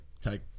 take